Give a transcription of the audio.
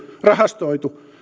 rahastoitu